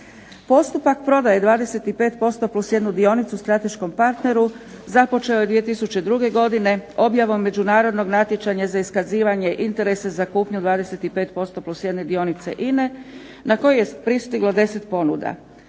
Postupak prodaje 25%+1 dionicu strateškom partneru započeo je 2002. godine objavom međunarodnog natječaja za iskazivanje interesa za kupnju 25%+1 dionicu INA-e na koju je pristiglo 10 ponuda.